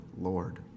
Lord